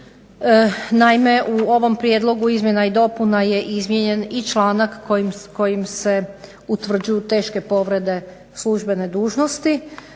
Naime, u ovom prijedlogu izmjena i dopuna je izmijenjen i članak kojim se utvrđuju teške povrede službene dužnosti.